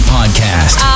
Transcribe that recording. Podcast